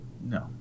No